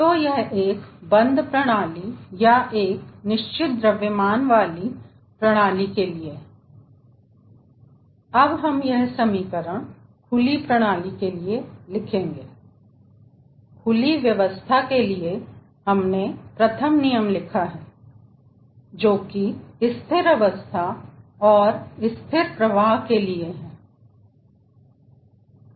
तो यह एक बंद प्रणाली या एक निश्चित द्रव्यमान वाली प्रणाली के लिए है अब हम यह समीकरण खुली प्रणाली के लिए लिखेंगे खुली व्यवस्था के लिए हमने प्रथम नियम लिखा है जो कि स्थिर अवस्था और स्थिर प्रवाह के लिए है